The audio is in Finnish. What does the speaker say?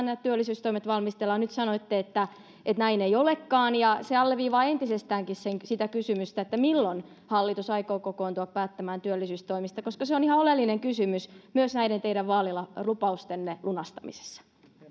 nämä työllisyystoimet valmistellaan nyt sanoitte että että näin ei olekaan se alleviivaa entisestäänkin sitä kysymystä milloin hallitus aikoo kokoontua päättämään työllisyystoimista koska se on ihan oleellinen kysymys myös näiden teidän vaalilupaustenne lunastamisessa